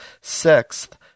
Sixth